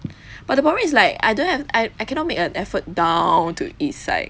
but the problem is like I don't have I I cannot make a effort down to east site